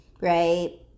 right